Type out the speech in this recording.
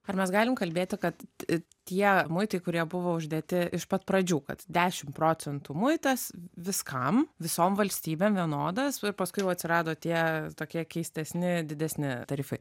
ar mes galim kalbėti kad tie muitai kurie buvo uždėti iš pat pradžių kad dešim procentų muitas viskam visom valstybėm vienodas ir paskui jau atsirado tie tokie keistesni didesni tarifai